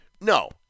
No